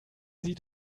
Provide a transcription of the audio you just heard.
sieht